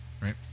right